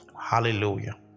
hallelujah